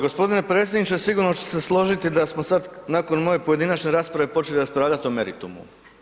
G. predsjedniče, sigurno ćete se složiti da smo sad nakon moje pojedinačne rasprave počeli raspravljati o meritumu.